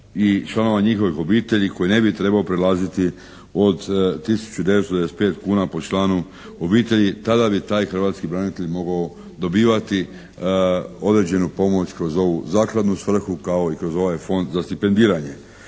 i članova njihovih obitelji koji ne bi trebao prelaziti od tisuću devetsto devedeset pet kuna po članu obitelji. Tada bi taj hrvatski branitelj mogao dobivati određenu pomoć kroz ovu Zakladnu svrhu kao i kroz ovaj Fond za stipendiranje.